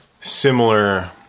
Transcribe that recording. similar